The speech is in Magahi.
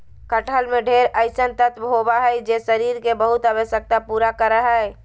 कटहल में ढेर अइसन तत्व होबा हइ जे शरीर के बहुत आवश्यकता पूरा करा हइ